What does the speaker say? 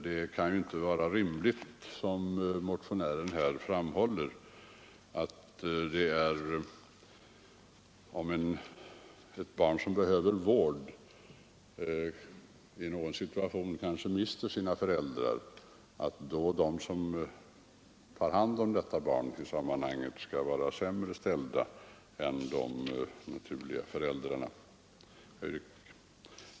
Det kan inte vara rimligt — som motionären framhåller — att de som ställer upp som fosterföräldrar och tar hand om ett vårdbehövande föräldralöst barn skall vara sämre ställda än naturliga föräldrar.